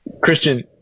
Christian